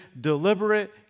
deliberate